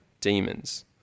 demons